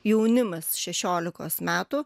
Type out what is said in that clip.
jaunimas šešiolikos metų